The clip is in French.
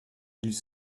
ils